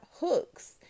hooks